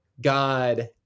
God